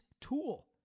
tool